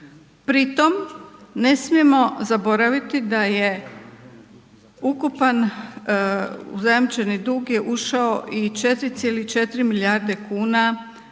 Pri tom ne smijemo zaboraviti da je ukupan u zajamčeni dug je ušao i 4,4 milijarde kuna